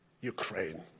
Ukraine